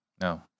No